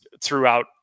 throughout